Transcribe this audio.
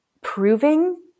proving